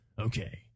Okay